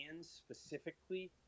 specifically